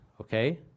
okay